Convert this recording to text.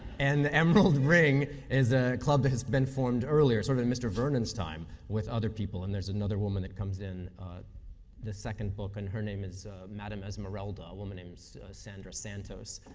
and the emerald ring is a club that had been formed earlier, sort of in mr. vernon's time, with other people, and there's another woman that comes in the second book, and her name is madame esmeralda, a woman named sandra santos.